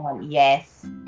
Yes